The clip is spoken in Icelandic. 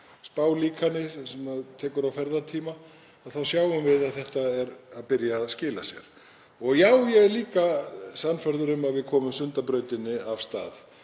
spálíkani sem tekur á ferðatíma er að þetta er að byrja að skila sér. Og já, ég er líka sannfærður um að við komum Sundabrautinni af stað.